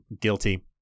guilty